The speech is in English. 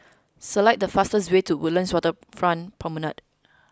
select the fastest way to Woodlands Waterfront Promenade